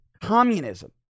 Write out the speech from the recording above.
communism